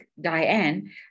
Diane